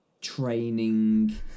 training